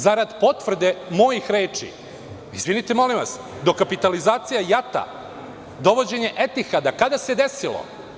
Zarad potvrde mojih reči, izvinite molim vas, dokapitalizacija JATA, dovođenje Etihada, kada se desilo?